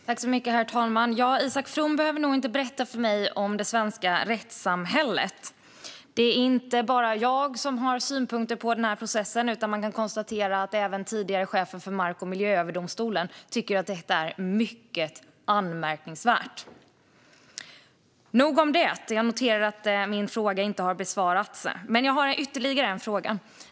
Herr talman! Isak From behöver nog inte berätta för mig om det svenska rättssamhället. Det är inte bara jag som har synpunkter på den här processen; man kan konstatera att även den tidigare chefen för Mark och miljööverdomstolen tycker att detta är mycket anmärkningsvärt. Nog om det! Jag noterar att min fråga inte har besvarats, men jag har ytterligare en fråga.